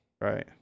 right